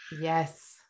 Yes